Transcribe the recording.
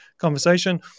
conversation